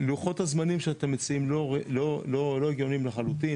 לוחות הזמנים שאתם מציעים לא הגיוניים לחלוטין.